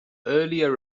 earlier